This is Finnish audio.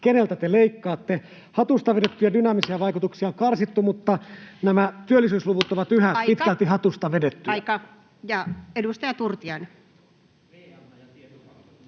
keneltä te leikkaatte. Hatusta vedettyjä dynaamisia vaikutuksia on karsittu, mutta nämä työllisyysluvut ovat yhä [Puhemies: Aika!] pitkälti hatusta vedettyjä. Ja edustaja Turtiainen.